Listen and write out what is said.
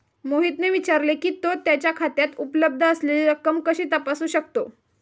मोहितने विचारले की, तो त्याच्या खात्यात उपलब्ध असलेली रक्कम कशी तपासू शकतो?